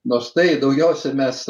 nors tai daugiausiai mes